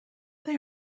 they